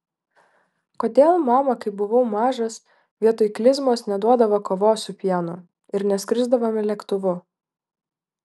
kodėl mama kai buvau mažas vietoj klizmos neduodavo kavos su pienu ir neskrisdavome lėktuvu